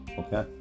okay